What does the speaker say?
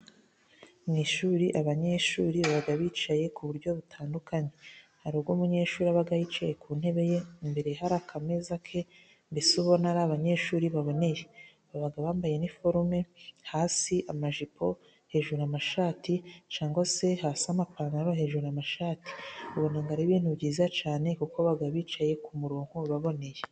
Mu ishuri abanyeshuri baba bicaye ku buryo butandukanye, hari ubwo umunyeshuri aba yicaye ku ntebe ye, imbere hari akameza ke, mbese ubona ari abanyeshuri baboneye. Baba bambaye iniforome, hasi amajipo, hejuru amashati, cyangwa se hasi amapantaro, hejuru amashati. Ubona ari ibintu byiza cyane, kuko baba bicaye ku murongo baboneye.